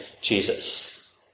Jesus